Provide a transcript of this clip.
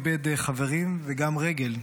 איבד חברים וגם רגל,